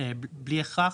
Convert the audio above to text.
בלי הכרח,